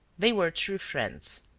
they were true friends.